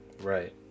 right